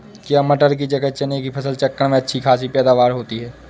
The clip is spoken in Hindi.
क्या मटर की जगह चने की फसल चक्रण में अच्छी खासी पैदावार होती है?